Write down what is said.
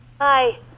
Hi